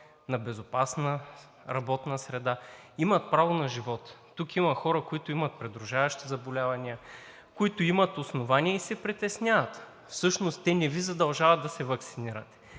на безопасна работна среда, имат право на живот. Тук има хора, които имат придружаващи заболявания, които имат основание и се притесняват – всъщност те не Ви задължават да се ваксинирате,